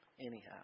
anyhow